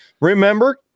Remember